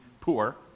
poor